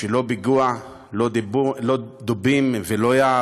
שזה לא פיגוע, לא דובים ולא יער.